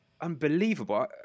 unbelievable